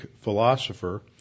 philosopher